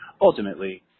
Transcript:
ultimately